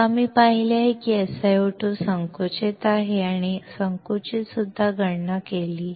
मग आम्ही पाहिले की SiO2 संकुचित आहे आणि संकुचित सुद्धा गणना केली